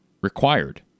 required